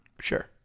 sure